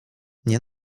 nie